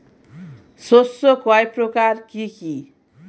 শস্য কয় প্রকার কি কি?